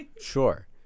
Sure